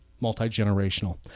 multi-generational